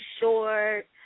short